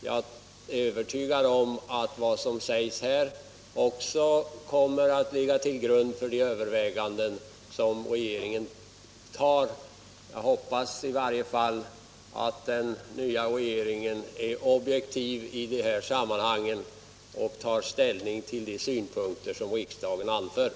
Jag är övertygad om att vad som sägs här också kommer att ligga till grund för de överväganden som regeringen gör, och jag hoppas att den nya regeringen är objektiv vid sitt ställningstagande till de synpunkter som riksdagen har anfört.